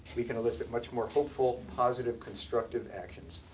we can elicit much more hopeful, positive, constructive actions.